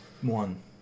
One